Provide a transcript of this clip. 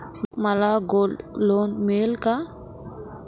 मला gold loan मिळेल का?